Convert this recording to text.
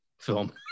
film